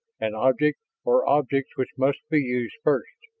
an object or objects which must be used first.